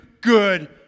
good